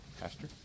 Pastor